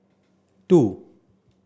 two